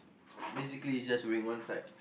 basically it just went one side